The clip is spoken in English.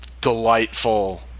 delightful